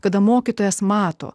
kada mokytojas mato